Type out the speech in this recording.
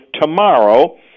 tomorrow